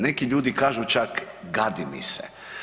Neki ljudi kažu čak gadi mi se.